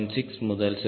6 முதல் 0